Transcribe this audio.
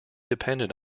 depended